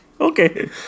Okay